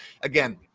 again